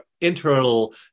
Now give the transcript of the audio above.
internal